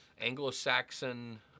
Anglo-Saxon